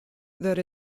that